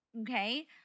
Okay